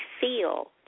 feel